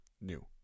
new